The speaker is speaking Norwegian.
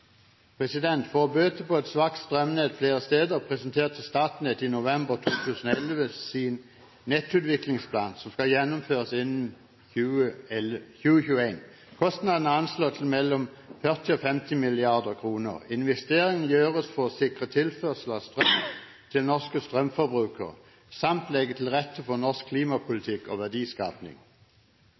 For å bøte på et svakt strømnett flere steder presenterte Statnett i november 2011 sin Nettutviklingsplan, som skal gjennomføres innen 2021. Kostnadene er anslått til mellom 40 og 50 mrd. kr. Investeringene gjøres for å sikre tilførselen av strøm til norske strømforbrukere, samt legge til rette for norsk klimapolitikk og